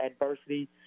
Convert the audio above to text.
adversity